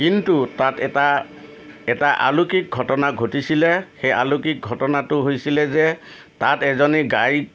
কিন্তু তাত এটা এটা আলৌকিক ঘটনা ঘটিছিলে সেই ঘটনাটো হৈছিলে যে তাত এজনী গাই